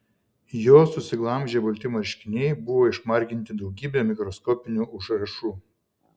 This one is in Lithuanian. jo susiglamžę balti marškiniai buvo išmarginti daugybe mikroskopinių užrašų